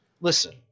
Listen